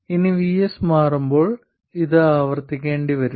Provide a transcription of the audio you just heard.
ഇനി VS മാറുമ്പോൾ ഇത് ആവർത്തിക്കേണ്ടി വരും